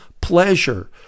pleasure